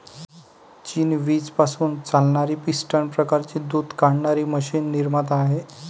चीन वीज पासून चालणारी पिस्टन प्रकारची दूध काढणारी मशीन निर्माता आहे